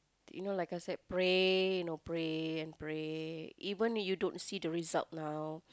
you know like I said pray you know pray and pray even you don't see the result now